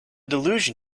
delusion